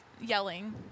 yelling